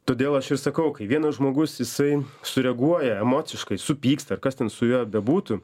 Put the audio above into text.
todėl aš ir sakau kai vienas žmogus jisai sureaguoja emociškai supyksta ar kas ten su juo bebūtų